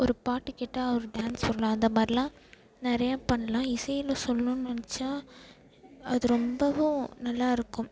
ஒரு பாட்டு கேட்டால் ஒரு டான்ஸ் வருல்ல அந்த மாதிரிலாம் நிறைய பண்ணலாம் இசையில் சொல்லணுன்னு நினைச்சா அது ரொம்பவும் நல்லா இருக்கும்